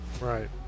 right